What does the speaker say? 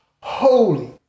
holy